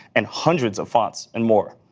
and hundreds of fonts and more.